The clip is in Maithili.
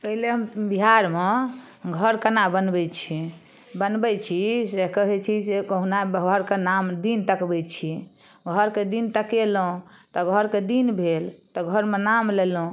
पहिले हम बिहारमे घर केना बनबै छै बनबै छी से कहै छी से कहुना घरके नाम दिन तकबै छी घरके दिन तकेलहुँ तऽ घरके दिन भेल तऽ घरमे नाम लेलहुँ